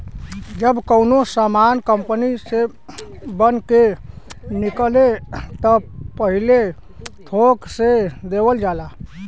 जब कउनो सामान कंपनी से बन के निकले त पहिले थोक से देवल जाला